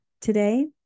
today